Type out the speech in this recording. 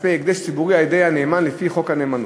כספי הקדש ציבורי על-ידי הנאמן לפי חוק הנאמנות.